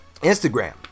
Instagram